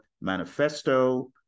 manifesto